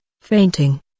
fainting